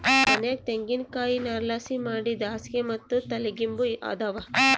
ನಮ್ ಮನ್ಯಾಗ ತೆಂಗಿನಕಾಯಿ ನಾರ್ಲಾಸಿ ಮಾಡಿದ್ ಹಾಸ್ಗೆ ಮತ್ತೆ ತಲಿಗಿಂಬು ಅದಾವ